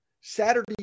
Saturday